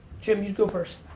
jim, you go first.